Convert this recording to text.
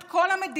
את כל המדינה,